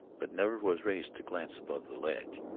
but never was raised to glance above the ledge.